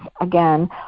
again